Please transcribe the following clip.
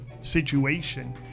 situation